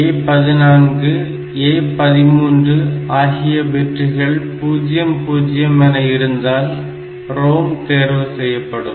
A14A13 ஆகிய பிட்டுகள் 00 என இருந்தால் ROM தேர்வு செய்யப்படும்